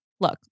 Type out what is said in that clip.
look